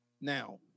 Now